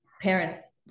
Parents